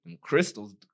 crystals